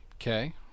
okay